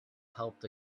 helped